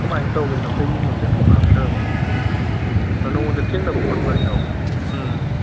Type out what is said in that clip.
ꯀꯃꯥꯏꯅ ꯇꯧꯈ꯭ꯤꯅꯣ ꯀꯩꯒꯤꯅꯣꯁꯦ ꯑꯝꯐꯧ ꯈꯪꯗ꯭ꯔꯕ ꯅꯪꯉꯣꯟꯗ ꯊꯦꯡꯅꯕ ꯈꯣꯠꯄꯒ ꯌꯥꯎꯕ꯭ꯔꯣ ꯎꯝ